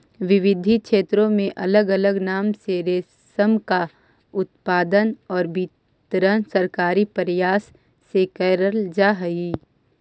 विविध क्षेत्रों में अलग अलग नाम से रेशम का उत्पादन और वितरण सरकारी प्रयास से करल जा हई